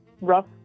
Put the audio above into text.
rough